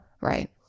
Right